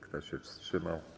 Kto się wstrzymał?